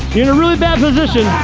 you're in a really bad position.